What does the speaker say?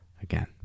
Again